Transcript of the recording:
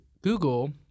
Google